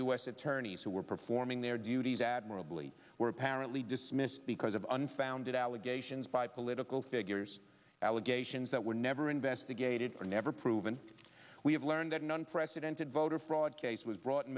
s attorneys who were performing their duties admirably were apparently dismissed because of unfounded allegations by political figures allegations that were never investigated or never proven we have learned that an unprecedented voter fraud case was brought in